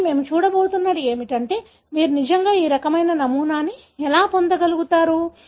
కానీ మనము చూడబోతున్నది ఏమిటంటే మీరు నిజంగా ఈ రకమైన నమూనాను ఎలా పొందుతారు